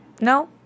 No